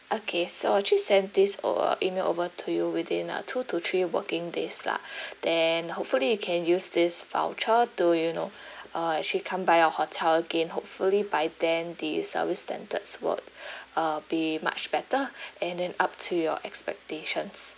okay so actually send this uh email over to you within uh two to three working days lah then hopefully you can use this voucher to you know uh actually come by our hotel again hopefully by then the service standards would uh be much better and then up to your expectations